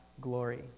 glory